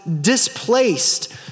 displaced